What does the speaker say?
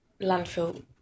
landfill